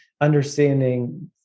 understanding